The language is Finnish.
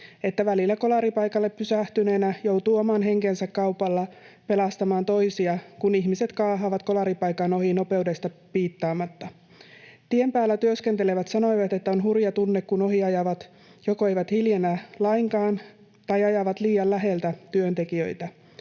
että välillä kolaripaikalle pysähtyneenä joutuu oman henkensä kaupalla pelastamaan toisia, kun ihmiset kaahaavat kolaripaikan ohi nopeudesta piittaamatta. Tien päällä työskentelevät sanoivat, että on hurja tunne, kun ohi ajavat joko eivät hiljennä lainkaan tai ajavat liian läheltä työntekijöitä.